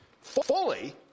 fully